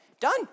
done